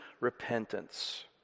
repentance